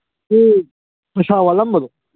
ꯄꯩꯁꯥ ꯋꯥꯠꯂꯝꯕꯗꯣ